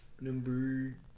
Number